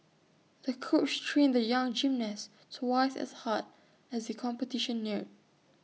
the coach trained the young gymnast twice as hard as the competition neared